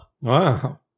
wow